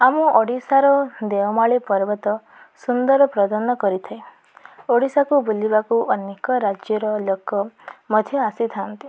ଆମ ଓଡ଼ିଶାର ଦେଓମାଳି ପର୍ବତ ସୁନ୍ଦର ପ୍ରଦାନ କରିଥାଏ ଓଡ଼ିଶାକୁ ବୁଲିବାକୁ ଅନେକ ରାଜ୍ୟର ଲୋକ ମଧ୍ୟ ଆସିଥାନ୍ତି